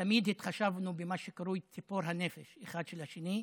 תמיד התחשבנו במה שקרוי "ציפור הנפש" אחד של השני.